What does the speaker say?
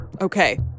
Okay